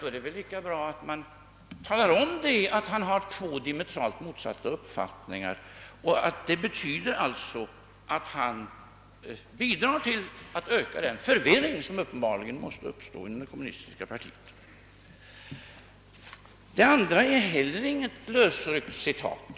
Det är väl lika bra att man talar om att han har två diametralt motsatta uppfattningar, vilket betyder att han bidrar till att öka den förvirring som uppenbarligen måste uppstå inom det kommunistiska partiet. Inte heller den andra passus jag återgav var något lösryckt citat.